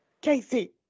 Casey